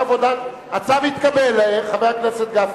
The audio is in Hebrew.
הצו התקבל, חבר הכנסת גפני.